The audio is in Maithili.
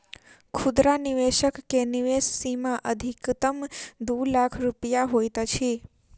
खुदरा निवेशक के निवेश सीमा अधिकतम दू लाख रुपया होइत अछि